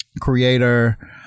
creator